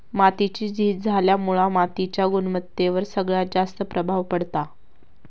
मातीची झीज झाल्यामुळा मातीच्या गुणवत्तेवर सगळ्यात जास्त प्रभाव पडता